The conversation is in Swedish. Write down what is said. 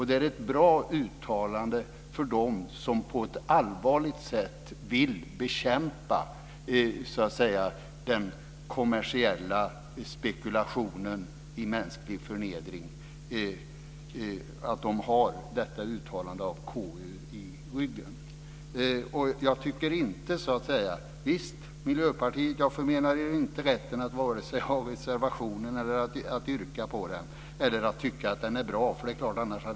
Det är bra för dem som på ett allvarligt sätt vill bekämpa den kommersiella spekulationen i mänsklig förnedring att ha detta uttalande av KU i ryggen. Jag förmenar inte Miljöpartiet rätten att ha den här reservationen eller rätten att yrka bifall till den. Jag förmenar er inte heller rätten att tycka att den är bra, för det är klart att ni gör det.